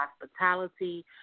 hospitality